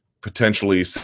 potentially